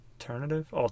alternative